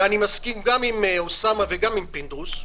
ואני מסכים גם עם אוסאמה וגם עם פינדרוס,